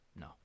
No